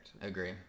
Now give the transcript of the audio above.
Agree